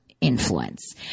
Influence